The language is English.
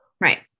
Right